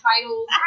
titles